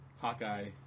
Hawkeye